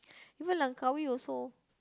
even Langkawi also